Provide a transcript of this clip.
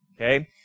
okay